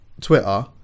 Twitter